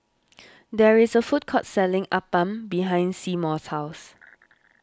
there is a food court selling Appam behind Seymour's house